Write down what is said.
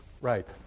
Right